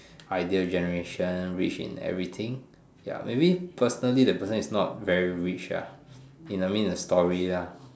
idea generation rich in everything ya maybe personally the person is not very rich uh in I mean the story lah